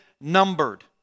numbered